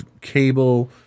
cable